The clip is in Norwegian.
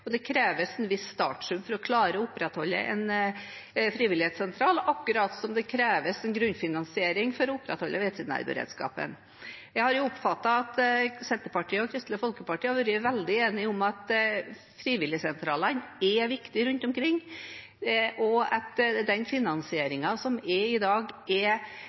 og det kreves en viss startsum for å klare å opprettholde en frivilligsentral – akkurat som det kreves en grunnfinansiering for å opprettholde veterinærberedskapen. Jeg har oppfattet at Senterpartiet og Kristelig Folkeparti har vært veldig enige om at frivilligsentralene er viktige rundt omkring, og at den finansieringen som er i dag, er